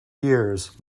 years